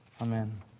Amen